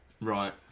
Right